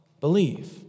believe